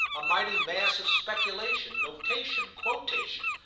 a mighty mass of speculation, notation, quotation.